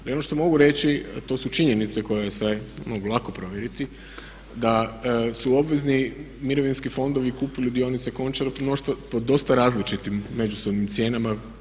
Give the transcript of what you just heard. Ali ono što mogu reći to su činjenice koje se mogu lako provjeriti da su obvezni mirovinski fondovi kupili dionice Končara po dosta različitim međusobnim cijenama.